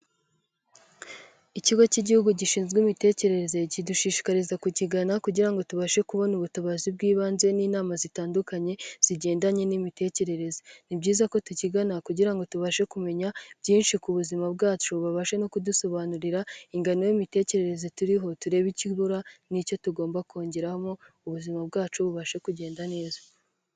Ikigo cy'igihugu gishinzwe imitekerereze, kidushishikariza kukigana kugira ngo tubashe kubona ubutabazi bw'ibanze n'inama zitandukanye zigendanye n'imitekerereze. Ni byiza ko tukigana kugira ngo tubashe kumenya byinshi ku buzima bwacu, bababashe no kudusobanurira ingano y'imitekerereze turiho. Turebe ikibura n'icyo tugomba kongeramo, ubuzima bwacu bubashe kugenda neza.